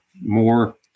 more